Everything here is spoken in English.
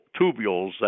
tubules